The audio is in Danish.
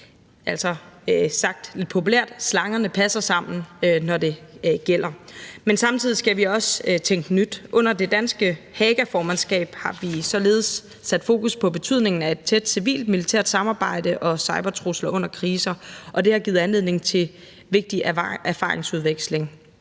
det. Sagt lidt populært: Slangerne passer sammen, når det gælder. Men samtidig skal vi også tænke nyt. Under det danske Hagaformandskab har vi således sat fokus på betydningen af et tæt civil-militært samarbejde og cybertrusler under kriser, og det har givet anledning til vigtig erfaringsudveksling.